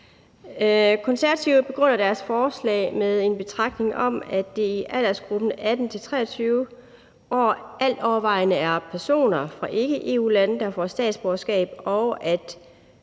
Konservative begrunder deres forslag med en betragtning om, at det i aldersgruppen 18-23 år altovervejende er personer fra ikke-EU-lande, der får statsborgerskab, og at